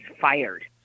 fired